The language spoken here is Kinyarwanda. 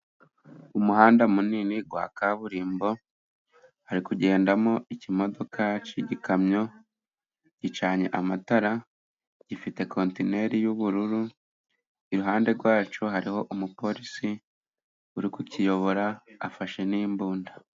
Umuhanda munini wa kaburimbo hari kugendamo ikimodoka cy'igikamyo gicanye amatara, gifite kontineri y'ubururu. Iruhande rwacyo hariho umupolisi uri kukiyobora afashe n'imbunda.